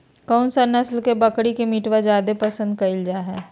कौन सा नस्ल के बकरी के मीटबा जादे पसंद कइल जा हइ?